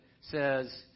says